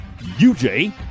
UJ